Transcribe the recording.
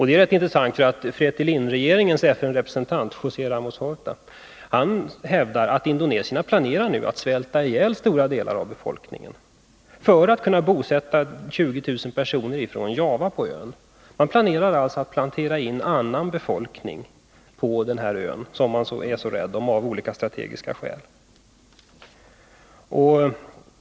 Det är intressant, för FRETILIN-regeringens FN-representant José Ramos Horta hävdar att indonesierna nu planerar att låta stora delar av befolkningen svälta ihjäl för att låta 20 000 personer från Java bosätta sig på ön. Man planerar alltså att plantera in annan befolkning på denna ö, som man av olika strategiska skäl är så rädd om.